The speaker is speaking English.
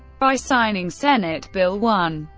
by signing senate bill one,